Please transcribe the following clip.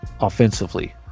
offensively